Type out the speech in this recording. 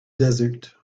desert